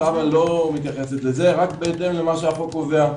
התב"ע לא מתייחס לזה, רק בהתאם למה שהחוק קובע.